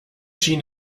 schien